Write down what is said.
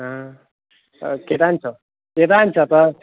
আ কেইটা আনিছ কেইটা আনিছ তই